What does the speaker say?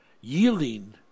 yielding